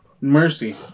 Mercy